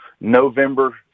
November